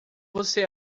você